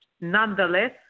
Nonetheless